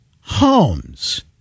homes